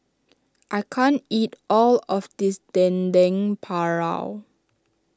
I can't eat all of this Dendeng Paru